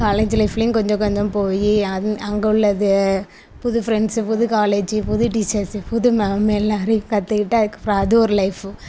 college லைஃப்லேயும் கொஞ்சம் கொஞ்சம் போய் அது அங்கே உள்ளது புது ஃப்ரெண்ட்ஸு புது காலேஜ்ஜி புது டீச்சர்ஸ்ஸு புது மேம் எல்லோரையும் கற்றுக்கிட்டு அதுக்கப்புறம் அது ஒரு லைஃப்பு